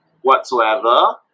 whatsoever